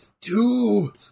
two